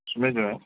اس میں جو ہے